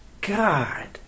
God